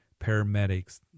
paramedics